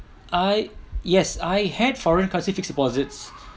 I yes I had foreign classic fixed deposits